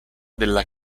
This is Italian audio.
della